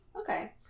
okay